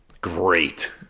Great